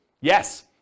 Yes